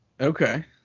Okay